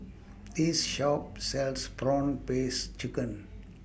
This Shop sells Prawn Paste Chicken